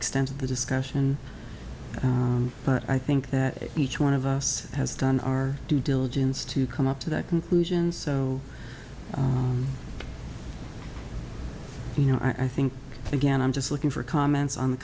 extent of the discussion but i think that each one of us has done our due diligence to come up to that conclusion so you know i think again i'm just looking for comments on the